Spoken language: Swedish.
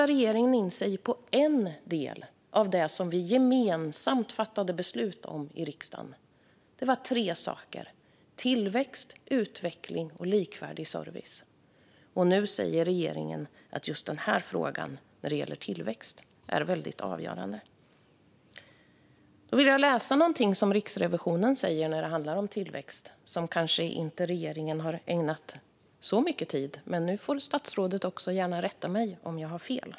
Regeringen riktar in sig på ett av tre områden riksdagen gemensamt fattade beslut om, vilka var tillväxt, utveckling och likvärdig service. Nu säger regeringen att frågan om tillväxt är avgörande. Riksrevisionen säger något om tillväxt som regeringen kanske inte har ägnat så mycket tid åt - men statsrådet får gärna rätta mig om jag har fel.